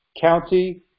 county